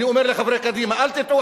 אני אומר לחברי קדימה: אל תטעו,